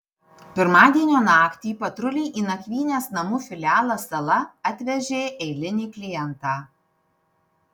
pirmadienio naktį patruliai į nakvynės namų filialą sala atvežė eilinį klientą